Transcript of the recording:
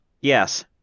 Yes